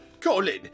Colin